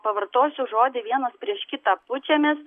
pavartosiu žodį vienas prieš kitą pučiamės